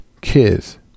kids